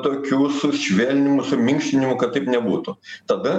tokių sušvelnimų suminkštinimų kad taip nebūtų tada